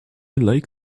like